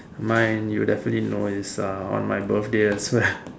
mine you definitely know is uh on my birthday as well